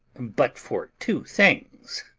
but for two things.